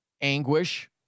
anguish